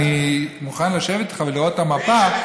אני מוכן לשבת איתך ולראות את המפה.